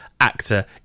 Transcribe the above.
actor